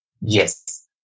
Yes